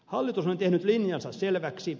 hallitus on tehnyt linjansa selväksi